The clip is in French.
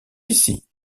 ici